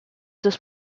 des